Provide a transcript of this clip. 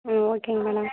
ம் ஓகேங்க மேடம்